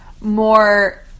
more